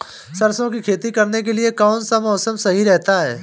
सरसों की खेती करने के लिए कौनसा मौसम सही रहता है?